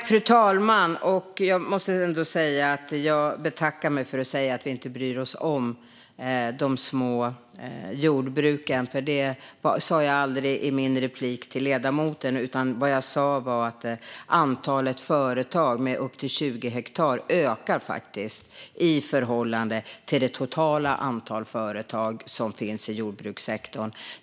Fru talman! Jag betackar mig för att ha sagt att vi inte bryr oss om de små jordbruken. Det sa jag aldrig till ledamoten i mitt anförande. Det jag sa var att antalet företag som har upp till 20 hektar faktiskt ökar i förhållande till det totala antalet företag som finns i jordbrukssektorn.